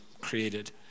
created